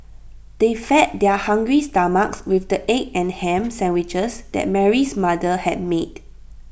they fed their hungry stomachs with the egg and Ham Sandwiches that Mary's mother had made